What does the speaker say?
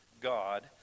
God